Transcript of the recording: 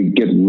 get